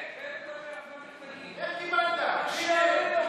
מה עם ליברמן?